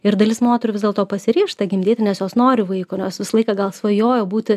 ir dalis moterų vis dėlto pasiryžta gimdyti nes jos nori vaiko nes visą laiką gal svajojo būti